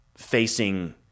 Facing